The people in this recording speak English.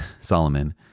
Solomon